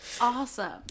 awesome